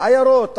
עיירות,